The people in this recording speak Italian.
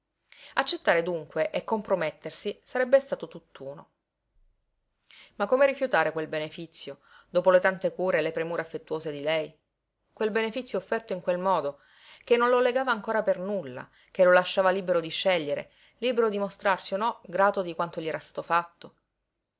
accettare dunque e compromettersi sarebbe stato tutt'uno ma come rifiutare quel benefizio dopo le tante cure e le premure affettuose di lei quel benefizio offerto in quel modo che non lo legava ancora per nulla che lo lasciava libero di scegliere libero di mostrarsi o no grato di quanto gli era stato fatto